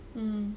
mm